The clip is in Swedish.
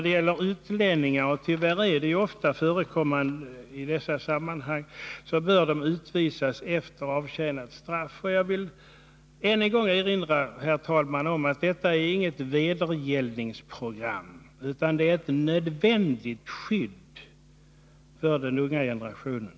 Vi anser att utlänningar — som tyvärr ofta förekommer i dessa sammanhang -— bör utvisas efter avtjänat straff. Jag vill än en gång erinra om, herr talman, att detta inte är ett vedergällningsprogram, utan det är ett nödvändigt skydd för den unga generationen.